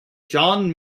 john